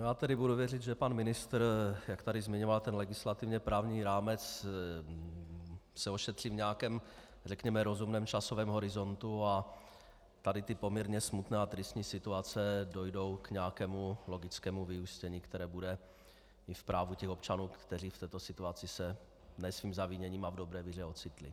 Já tedy budu věřit, že pan ministr, jak tu zmiňoval, ten legislativně právní rámec se ošetří v nějakém, řekněme, rozumném časovém horizontu a tady ty poměrně smutné a tristní situace dojdou k nějakému logickému vyústění, které bude i v právu občanů, kteří v této situaci se ne svým zaviněním a v dobré víře ocitli.